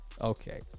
okay